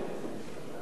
מצד אחד,